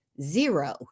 zero